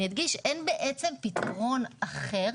אין בעצם פתרון אחר